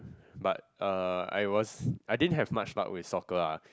but uh I was I didn't have much luck with soccer lah